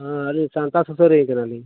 ᱦᱳᱭ ᱟᱹᱞᱤᱧ ᱥᱟᱶᱛᱟ ᱥᱩᱥᱟᱹᱨᱤᱭᱟᱹ ᱠᱟᱱᱟᱞᱤᱧ